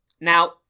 Now